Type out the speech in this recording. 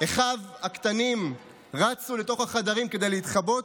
אחיו הקטנים רצו לתוך החדרים כדי להתחבא,